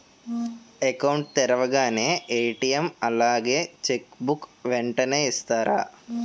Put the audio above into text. Account తెరవగానే ATM అలాగే cheque book వెంటనే ఇస్తారా?